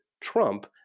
Trump